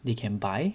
they can buy